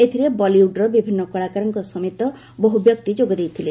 ଏଥିରେ ବଲିଉଡ୍ର ବିଭିନ୍ନ କଳାକାରଙ୍କ ସମେତ ବହୁ ବ୍ୟକ୍ତି ଯୋଗଦେଇଥିଲେ